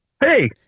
hey